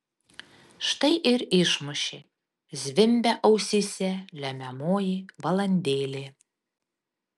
štai ir išmušė zvimbia ausyse lemiamoji valandėlė